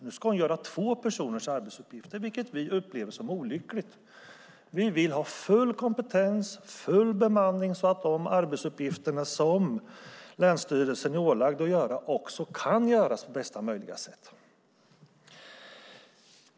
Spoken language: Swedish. Nu ska hon göra två personers arbetsuppgifter, vilket vi upplever som olyckligt. Vi vill ha full kompetens och full bemanning så att de arbetsuppgifter som länsstyrelsen är ålagd att göra också kan göras på bästa möjliga sätt.